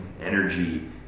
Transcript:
energy